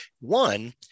One